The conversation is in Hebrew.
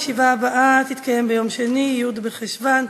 הישיבה הבאה תתקיים ביום שני, י' בחשוון,